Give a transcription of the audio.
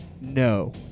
no